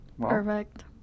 Perfect